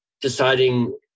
deciding